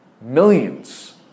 millions